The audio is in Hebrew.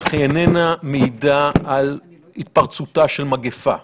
אך היא איננה מעידה על התפרצותה של מגפה.